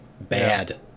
bad